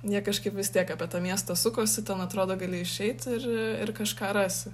jie kažkaip vis tiek apie tą miestą sukosi ten atrodo gali išeiti ir ir kažką rasi